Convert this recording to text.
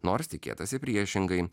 nors tikėtasi priešingai